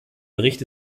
bericht